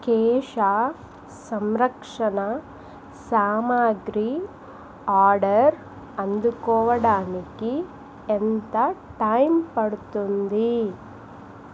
కేశ సంరక్షణ సామాగ్రి ఆర్డర్ అందుకోడానికి ఎంత టైం పడుతుంది